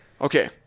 okay